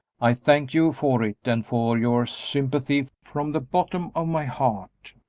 i thank you for it and for your sympathy from the bottom of my heart.